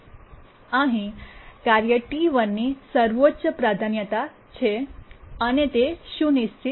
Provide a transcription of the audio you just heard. અહીં કાર્ય T1 T one ની સર્વોચ્ચ પ્રાધાન્યતા છે અને તે સુનિશ્ચિત છે